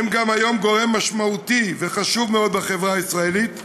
הם גם היום גורם משמעותי וחשוב מאוד בחברה הישראלית.